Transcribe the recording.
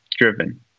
driven